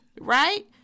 Right